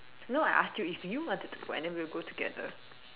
no I asked you if you wanted to go and then we will go together